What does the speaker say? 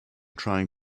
trying